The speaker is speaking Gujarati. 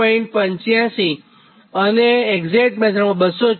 85 kV અને એક્ઝેટ મેથડમાં 224